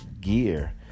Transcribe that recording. Gear